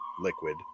liquid